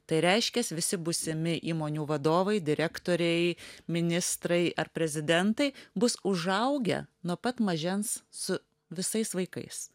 tai reiškias visi būsimi įmonių vadovai direktoriai ministrai ar prezidentai bus užaugę nuo pat mažens su visais vaikais